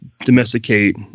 Domesticate